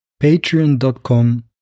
patreon.com